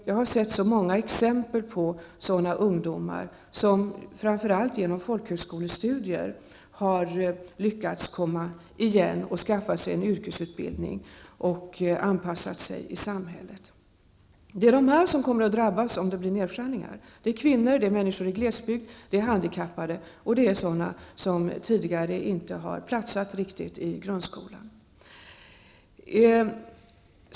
Jag har sett många exempel på ungdomar som framför allt genom folkhögskolestudier har lyckats komma igen och skaffa sig en yrkesutbildning och därmed kunnat anpassa sig i samhället. Det är dessa grupper som kommer att drabbas om det blir nedskärningar. Det är kvinnor, det är människor i glesbygd, handikappade och sådana som inte har platsat riktigt i grundskolan.